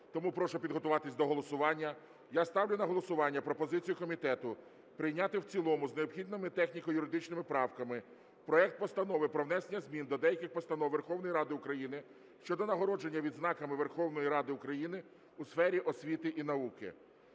тому прошу підготуватися до голосування. Я ставлю на голосування пропозицію комітету прийняти в цілому з необхідними техніко-юридичними правками проект Постанови про внесення змін до деяких постанов Верховної Ради України щодо нагородження відзнаками Верховної Ради України у сфері освіти і науки